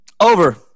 Over